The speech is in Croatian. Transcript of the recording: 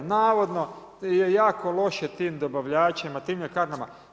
Navodno, jako loše tim dobavljačima, tim ljekarnama.